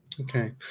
Okay